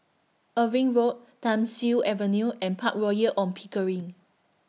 Irving Road Thiam Siew Avenue and Park Royal on Pickering